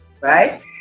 right